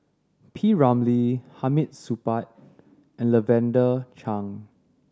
P Ramlee Hamid Supaat and Lavender Chang